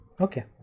okay